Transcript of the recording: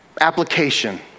application